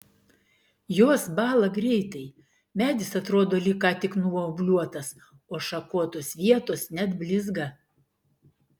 jos bąla greitai medis atrodo lyg ką tik nuobliuotas o šakotos vietos net blizga